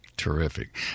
Terrific